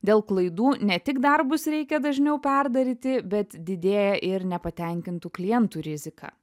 dėl klaidų ne tik darbus reikia dažniau perdaryti bet didėja ir nepatenkintų klientų rizika